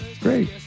Great